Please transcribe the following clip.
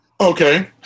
Okay